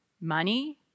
money